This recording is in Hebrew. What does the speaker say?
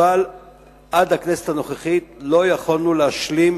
אבל עד הכנסת הנוכחית לא יכולנו להשלים